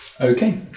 Okay